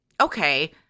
okay